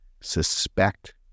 suspect